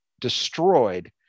destroyed